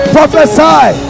Prophesy